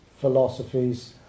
philosophies